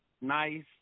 nice